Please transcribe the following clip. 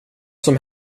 som